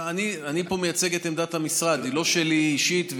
אני פה מייצג את עמדת המשרד, היא לא שלי אישית.